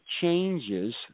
changes